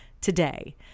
today